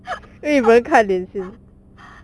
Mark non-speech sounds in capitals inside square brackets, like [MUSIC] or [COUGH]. [LAUGHS]